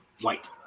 white